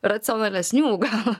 racionalesnių gal